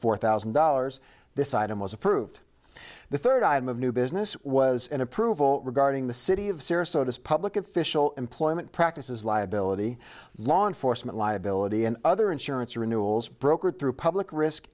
four thousand dollars this item was approved the third item of new business was an approval regarding the city of sarasota public official employment practices liability law enforcement liability and other insurance renewals brokered through public risk